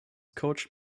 coached